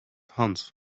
hans